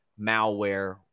malware